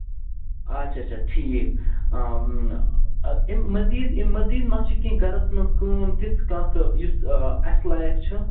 اچھا اچھا ٹھیٖک اَمہِ مٔزیٖد اَمہِ مٔزیٖد ما چھِ کیٚنہہ گَرَس منٛز کٲم تِژھ کانٛہہ تہٕ یُس اَسہِ لایق چھِ